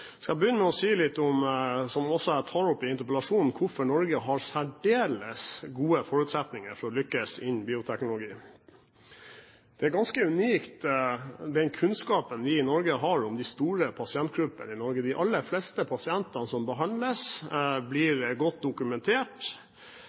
skal begynne med å si noe om, som jeg også tar opp i interpellasjonsteksten, hvorfor Norge har særdeles gode forutsetninger for å lykkes innen bioteknologi. Den kunnskapen vi i Norge har om de store pasientgruppene, er unik. De aller fleste pasientene som behandles, blir